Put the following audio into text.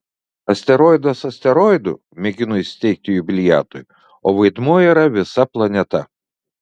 asteroidas asteroidu mėginu įsiteikti jubiliatui o vaidmuo yra visa planeta